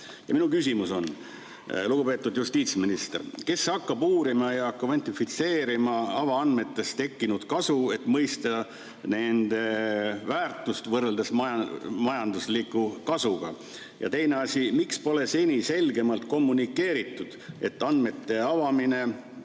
Ja minu küsimus. Lugupeetud justiitsminister, kes hakkab uurima ja kvantifitseerima avaandmetest tekkinud kasu, et mõista nende väärtust võrreldes majandusliku kasuga? Ja teine asi, miks pole seni selgemalt kommunikeeritud, et avaandmete avamine